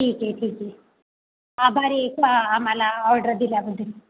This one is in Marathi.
ठीक आहे ठीक आहे आभारी आहे आम्हाला ऑर्डर दिल्याबदल